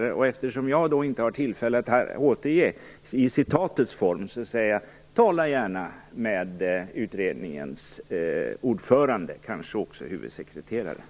Eftersom jag inte har tillfälle att återge detta i citatets form säger jag: Tala gärna med utredningens ordförande, och kanske också med huvudsekreteraren!